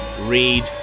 read